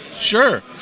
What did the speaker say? Sure